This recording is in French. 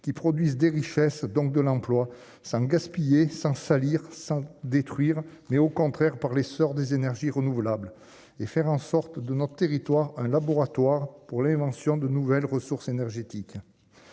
qui produisent des richesses, donc de l'emploi sans gaspiller sans salir sans détruire, mais au contraire par les soeurs des énergies renouvelables et faire en sorte de notre territoire, un laboratoire pour l'invention de nouvelles ressources énergétiques,